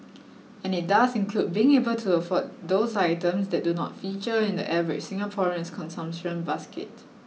and it does include being able to afford those items that do not feature in the average Singaporean's consumption basket